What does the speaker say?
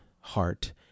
heart